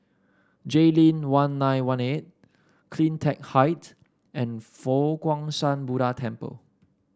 Jayleen one nine one eight CleanTech Height and Fo Guang Shan Buddha Temple